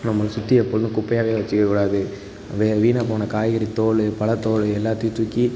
நம்மளை சுற்றி எப்போதும் குப்பையாகவே வச்சிக்க கூடாது அந்த வீணாக போன காய்கறி தோல் பல தோ எல்லாத்தையும் தூக்கி